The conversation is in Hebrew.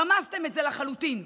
רמסתם את זה לחלוטין.